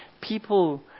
people